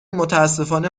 متأسفانه